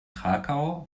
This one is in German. krakau